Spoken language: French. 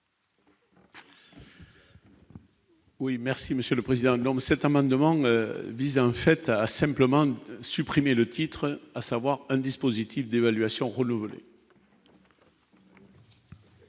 Oui, merci Monsieur le Président, donc, cet amendement vise en fait à simplement supprimer le titre, à savoir un dispositif d'évaluation renouvelée.